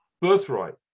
birthright